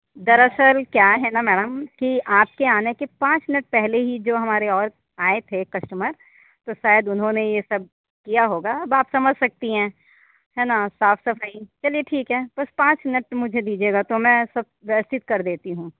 दरअसल क्या हैना मैडम आपके आने के पाँच मिनिट पहले ही जी हमारे और आये थे कस्टमर तो शायद उन्होंने ये सब किया होगा अब आप समज़ सकती है है ना साफ़ सफाई चलिए ठीक है बस पाँच मिनिट मुझे दीजिएगा तो मैं सब व्यवस्थित कर देती हूँ